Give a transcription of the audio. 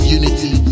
unity